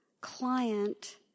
client